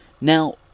Now